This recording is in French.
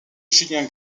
julien